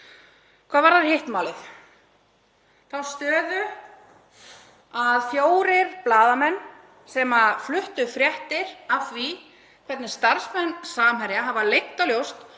Hvað varðar hitt málið, þá stöðu að fjórir blaðamenn sem fluttu fréttir af því hvernig starfsmenn Samherja hafa leynt og ljóst